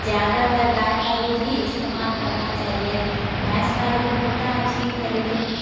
زیادہ تر گائے کا دودھ ہی استعمال کرنا چاہیے بھینس کا دودھ ہوتا ہے ٹھیک ہے لیکن